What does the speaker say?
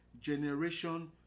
generation